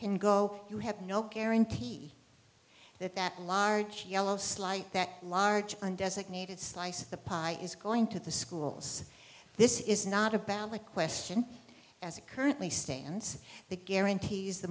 can go you have no guarantee that that large yellow slight that large one designated slice of the pie is going to the schools this is not a ballot question as it currently stands the guarantees the